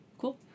Cool